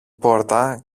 πόρτα